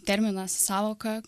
terminas sąvoka